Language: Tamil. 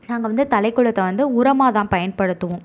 நாங்கள் வந்து தலைக்குலத்தை உரமாக தான் பயன்படுத்துவோம்